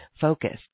focused